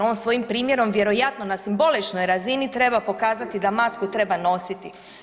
On svojim primjeru vjerojatno na simboličnoj razini treba pokazati da masku treba nositi.